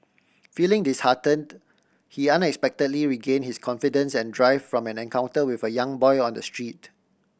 feeling disheartened he unexpectedly regain his confidence and drive from an encounter with a young boy on the street